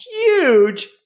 huge